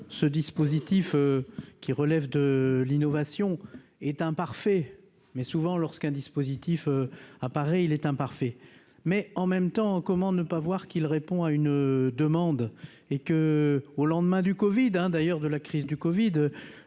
ce dispositif, qui relève de l'innovation est imparfait, mais souvent, lorsqu'un dispositif à Paris, il est imparfait, mais en même temps, comment ne pas voir qu'il répond à une demande et que, au lendemain du Covid, hein, d'ailleurs, de la crise du Covid